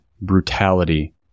brutality